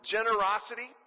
Generosity